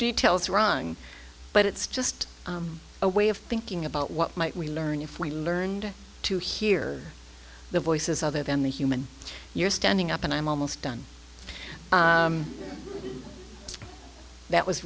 details wrong but it's just a way of thinking about what might we learn if we learned to hear the voices other than the human you're standing up and i'm almost done that was